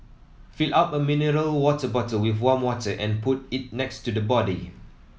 fill up a mineral water bottle with warm water and put it next to the body